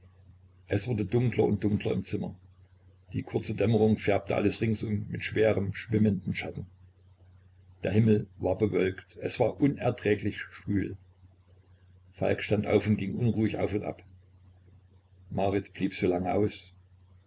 es wurde dunkler und dunkler im zimmer die kurze dämmerung färbte alles ringsum mit schweren schwimmenden schatten der himmel war bewölkt es war unerträglich schwül falk stand auf und ging unruhig auf und ab marit blieb so lange aus